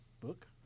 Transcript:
book